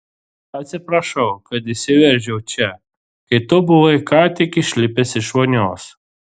atsiprašau kad įsiveržiau čia kai tu buvai ką tik išlipęs iš vonios